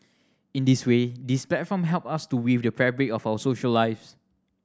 in this way these platform help us to weave the fabric of our social lives